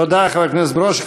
תודה, חבר הכנסת ברושי.